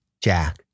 Jack